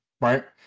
right